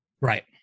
Right